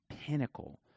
pinnacle